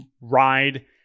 ride